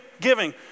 giving